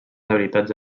habilitats